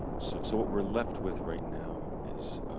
so so what we're left with right now is